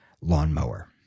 lawnmower